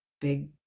big